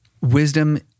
wisdom